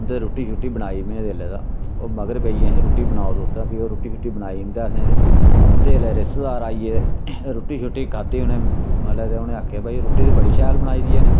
उंदे रुट्टी शुट्टी बनाई में जेल्लै तां ओह् मगर पेई गे अहें रुट्टी बनाओ तुस तां फ्ही ओह् रुट्टी शुट्टी बनाई इन्दे असें ते उंदे जेल्लै रिश्तेदार आई गे रुट्टी शुट्टी खाद्धी उनें मतलबै ते उनें आखेआ भई रुट्टी ते बड़ी शैल बनाई दी इ'नें